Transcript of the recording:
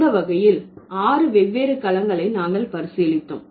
அந்த வகையில் ஆறு வெவ்வேறு களங்களை நாங்கள் பரிசீலித்தோம்